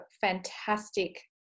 fantastic